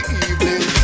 evening